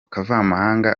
kavamahanga